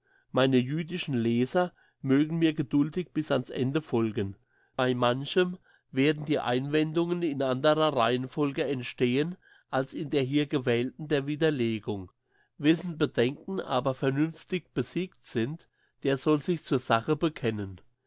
meine jüdischen leser mögen mir geduldig bis an's ende folgen bei manchem werden die einwendungen in anderer reihenfolge entstehen als in der hier gewählten der widerlegung wessen bedenken aber vernünftig besiegt sind der soll sich zur sache bekennen